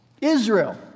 Israel